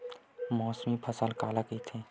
मौसमी फसल काला कइथे?